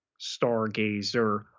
stargazer